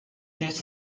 this